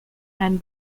and